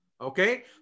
okay